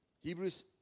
Hebrews